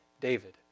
David